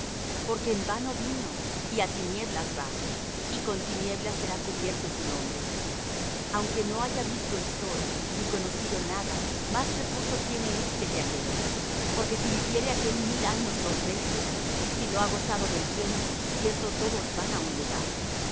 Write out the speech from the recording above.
porque en vano vino y á tinieblas va y con tinieblas será cubierto su nombre aunque no haya visto el sol ni conocido nada más reposo tiene éste que aquél porque si viviere aquel mil años dos veces si no ha gozado del bien cierto todos van á un lugar